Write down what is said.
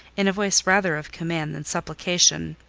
in a voice rather of command than supplication,